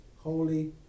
Holy